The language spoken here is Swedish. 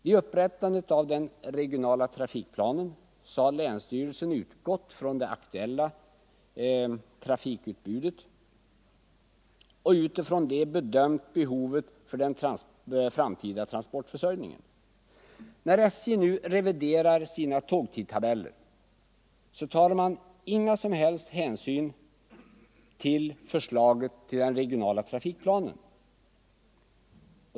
Vid upprättandet av den regionala trafikplanen har länsstyrelsen utgått från det aktuella transportutbudet och från detta bedömt behovet för den framtida transportförsörjningen. När SJ nu reviderar sina tågtidtabeller tar man inga som helst hänsyn till förslaget till regional trafikplan.